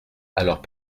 alors